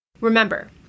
Remember